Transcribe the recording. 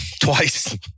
twice